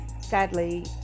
sadly